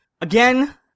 Again